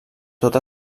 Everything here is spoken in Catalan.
tots